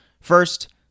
First